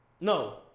No